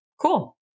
cool